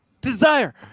desire